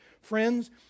Friends